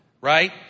right